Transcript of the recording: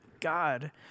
God